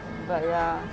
but ya